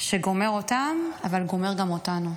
שגומר אותם, אבל גומר גם אותנו.